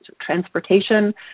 transportation